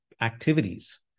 activities